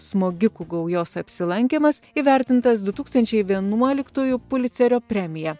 smogikų gaujos apsilankymas įvertintas du tūkstančiai vienuoliktųjų pulicerio premija